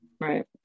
Right